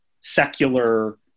secular